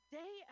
day